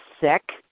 sick